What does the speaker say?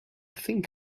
think